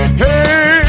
hey